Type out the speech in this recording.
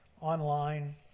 online